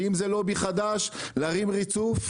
ואם זה לובי חדש, להרים ריצוף,